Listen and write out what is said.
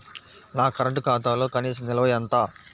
నా కరెంట్ ఖాతాలో కనీస నిల్వ ఎంత?